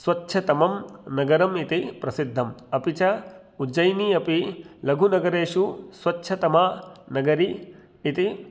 स्वच्छतमं नगरम् इति प्रसिद्धम् अपि च उज्जयिनी अपि लघुनगरेषु स्वच्छतमा नगरी इति